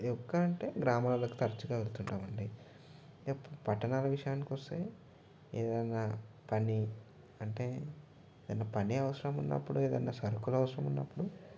ఎక్కువగా అంటే గ్రామాలకు తరచుగా వెళ్తూ ఉంటాము అండి ఇక పట్టణాల విషయానికి వస్తే ఈ ఏదైనా పని అంటే ఏదైనా పని అవసరం ఉన్నప్పుడు ఏదైనా సరుకులు అవసరము ఉన్నప్పుడు